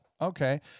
okay